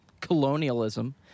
colonialism